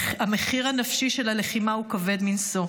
המחיר הנפשי של הלחימה הוא כבד מנשוא,